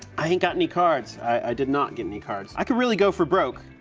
i ain't got any cards, i did not get any cards. i could really go for broke,